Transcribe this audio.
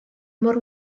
mor